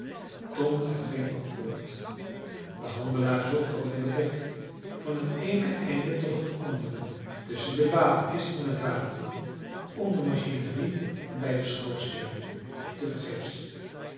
tom gaf geen antwoord de handelaar zocht over het dek van het eene einde tot het andere tusschen de balen kisten en vaten om de machinerie en bij de schoorsteenen maar tevergeefs